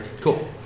Cool